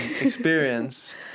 experience